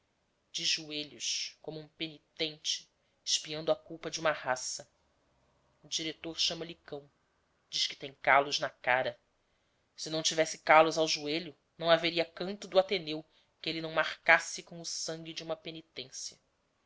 de joelhos como um penitente expiando a culpa de uma raça o diretor chama-lhe cão diz que tem calos na cara se não tivesse calos no joelho não haveria canto do ateneu que ele não marcasse com o sangue de uma penitência